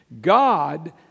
God